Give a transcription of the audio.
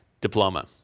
diploma